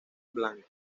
blanco